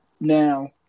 Now